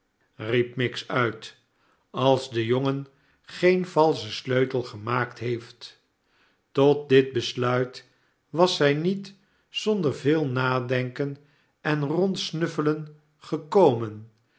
riep miggs uit als de jongen geen valschen sleutel gemaakt heeft tot dit besluit was zij niet zonder veel nadenken en rondsnuffelen gekomen